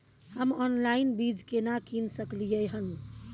हम ऑनलाइन बीज केना कीन सकलियै हन?